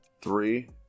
three